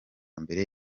mbere